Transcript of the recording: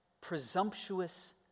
presumptuous